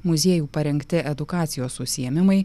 muziejų parengti edukacijos užsiėmimai